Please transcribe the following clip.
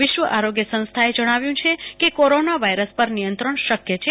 વિશ્વ આરોગ્ય સસ્થાએ જણાવ્ય છે કે કોરોના વાયરસ પર નિયંત્રણ શક્ય છે